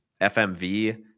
FMV